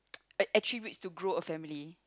like attributes to grow a family